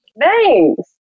Thanks